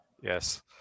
Yes